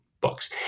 books